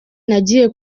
nagiye